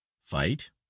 Fight